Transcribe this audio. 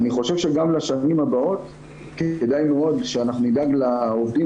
אני חושב שגם לשנים הבאות כדאי מאוד שאנחנו נדאג לעובדים